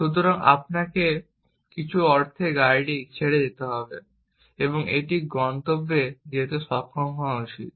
সুতরাং আপনাকে কিছু অর্থে গাড়িটি ছেড়ে দিতে হবে এবং এটি একটি গন্তব্যে যেতে সক্ষম হওয়া উচিত